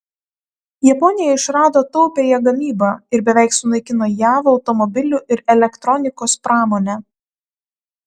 japonija išrado taupiąją gamybą ir beveik sunaikino jav automobilių ir elektronikos pramonę